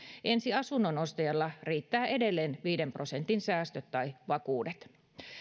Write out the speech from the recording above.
ensiasunnon ostajalla riittävät edelleen viiden prosentin säästöt tai vakuudet